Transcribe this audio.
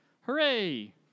Hooray